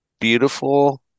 beautiful